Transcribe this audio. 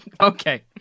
Okay